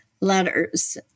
letters